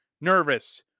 nervous